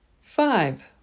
Five